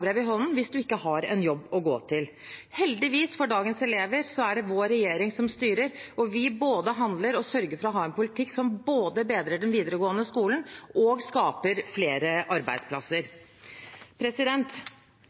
fagbrev i hånden hvis man ikke har en jobb å gå til. Heldigvis for dagens elever er det vår regjering som styrer, og vi både handler og sørger for å ha en politikk som både bedrer den videregående skolen og skaper flere arbeidsplasser.